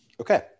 Okay